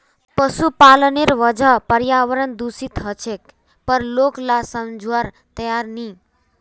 पशुपालनेर वजह पर्यावरण दूषित ह छेक पर लोग ला समझवार तैयार नी